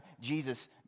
Jesus